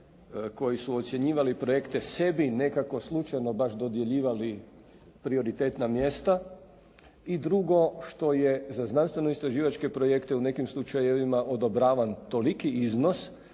koji su ocjenjivali projekte sebi nekako slučajno baš dodjeljivali prioritetna mjesta. I drugo što je za znanstveno istraživače projekte u nekim slučajevima odobravan toliki iznos